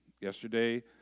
Yesterday